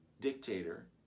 dictator